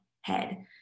head